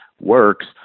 works